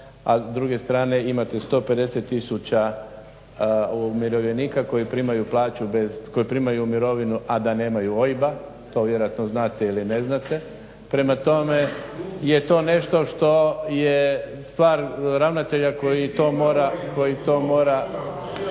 s druge strane imate 150000 umirovljenika koji primaju mirovinu a da nemaju OIB-a. To vjerojatno znate ili ne znate. Prema tome, je to nešto što je stvar ravnatelja koji to mora.